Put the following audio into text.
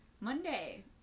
Monday